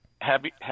happy